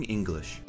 English